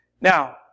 Now